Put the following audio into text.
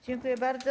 Dziękuję bardzo.